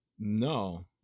No